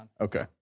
Okay